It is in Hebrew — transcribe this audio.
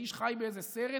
האיש חי באיזה סרט,